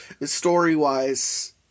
story-wise